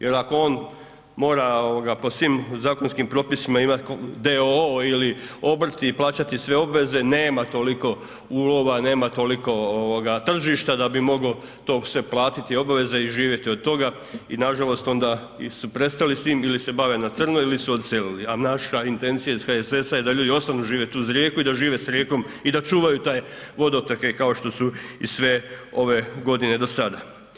Jer ako on mora po svim zakonskim propisima imati d.o.o. ili obrt i plaćati sve obveze, nema toliko ulova, nema toliko tržišta da bi mogao to sve platiti obaveze i živjeti od toga i nažalost onda ili su prestali s tim ili se bave na crno ili su odselili, a naša intencija iz HSS-a da ljudi ostanu živjeti uz rijeku i da žive s rijekom i da čuvaju te vodotoke kao što su i sve ove godine do sada.